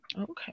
Okay